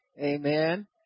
amen